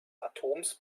atoms